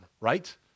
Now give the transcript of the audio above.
right